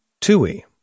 TUI